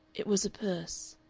it was a purse.